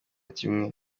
kimwe